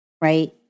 Right